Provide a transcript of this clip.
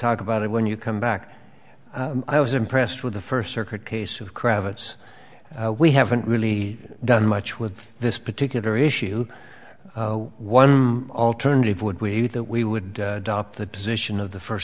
talk about it when you come back i was impressed with the first circuit case of cravats we haven't really done much with this particular issue one alternative would we that we would drop the position of the first